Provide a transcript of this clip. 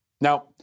Now